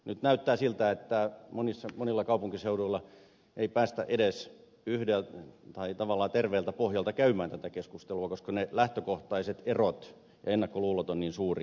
nyt näyttää siltä että monilla kaupunkiseuduilla ei päästä edes tavallaan terveeltä pohjalta käymään tätä keskustelua koska ne lähtökohtaiset erot ja ennakkoluulot ovat niin suuria